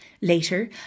Later